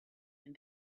and